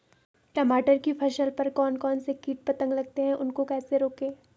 टमाटर की फसल पर कौन कौन से कीट पतंग लगते हैं उनको कैसे रोकें?